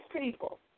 people